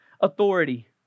authority